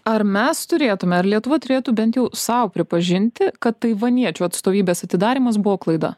ar mes turėtume ar lietuva turėtų bent jau sau pripažinti kad taivaniečių atstovybės atidarymas buvo klaida